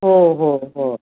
हो हो हो